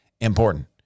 important